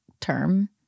term